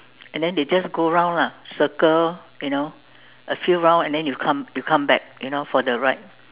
and then they just go round lah circle you know a few round and then you come you come back you know for the ride